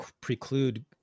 preclude